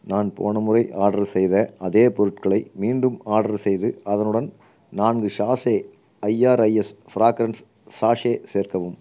நான் போன முறை ஆட்ரு செய்த அதே பொருட்களை மீண்டும் ஆட்ரு செய்து அதனுடன் நான்கு சாஷே ஐஆர்ஐஎஸ் ஃப்ராக்ரென்ஸ் சாஷே சேர்க்கவும்